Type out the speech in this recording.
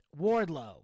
Wardlow